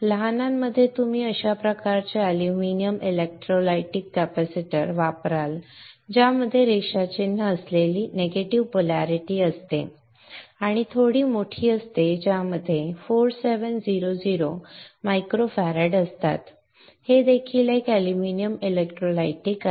लहानांमध्ये तुम्ही अशा प्रकारचे अॅल्युमिनियम इलेक्ट्रोलाइटिक कॅपेसिटर वापराल ज्यामध्ये रेषा चिन्ह असलेली निगेटिव्ह पोलारिटी असते आणि थोडी मोठी असते ज्यामध्ये 4700 मायक्रो फॅराड असतात हे देखील एक अॅल्युमिनियम इलेक्ट्रोलाइटिक आहे